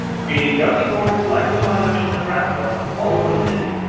creating governing boards like the one in ocean hill-brownsville all over the city.